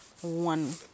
one